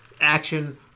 action-